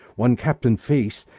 one captain face,